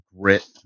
grit